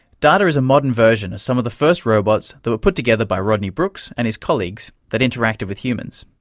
data is a modern version of some of the first robots that were put together by rodney brooks and his colleagues that interacted with humans.